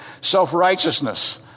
Self-righteousness